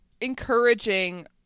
encouraging